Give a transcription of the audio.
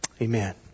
Amen